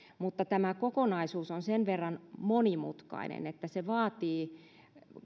mutta tämä kokonaisuus on sen verran monimutkainen että se vaatii